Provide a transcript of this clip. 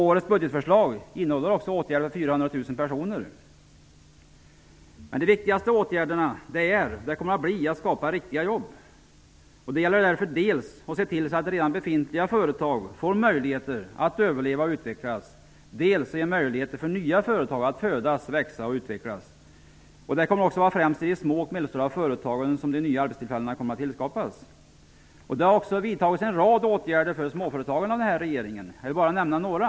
Årets budgetförslag innehåller också åtgärder som berör 400 000 personer. Men de viktigaste åtgärderna kommer att bli att skapa riktiga jobb. Det gäller därför att se till att dels redan befintliga företag får möjlighet att överleva och utvecklas, dels att nya företag ges möjlighet att födas, växa och utvecklas. De nya arbetstillfällena kommer också att tillskapas främst i de små och medelstora företagen. Det har vidtagits en rad åtgärder för småföretagen under den nuvarande regeringens tid. Jag vill här nämna några.